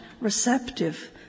receptive